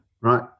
right